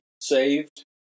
saved